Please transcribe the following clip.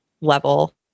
level